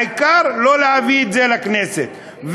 העיקר לא להביא את זה לכנסת,